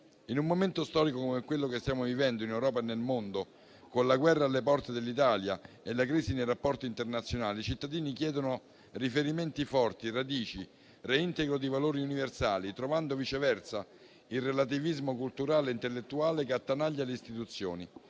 In un momento storico come quello che stiamo vivendo in Europa e nel mondo, con la guerra alle porte dell'Italia e la crisi nei rapporti internazionali, i cittadini chiedono riferimenti forti, radici, reintegro di valori universali, trovando viceversa il relativismo culturale e intellettuale che attanaglia le istituzioni